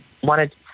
wanted